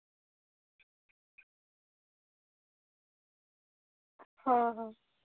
ଆମେ ତାହେଲେ ଦୁଇ ଜଣ ଯିବୁ ହସ୍ପିଟାଲଟା କେଉଁଠି କହିଲେ ଆମେ ଦେଖିନାହୁଁ